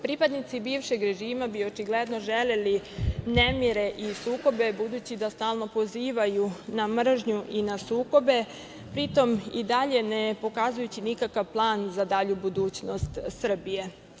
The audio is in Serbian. Pripadnici bivšeg režima bi očigledno želeli nemire i sukobe budući da stalno pozivaju na mržnju i na sukobe, pritom i dalje ne pokazujući nikakav plan za dalju budućnost Srbije.